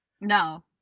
No